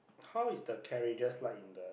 how is the carriages like in the